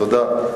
תודה.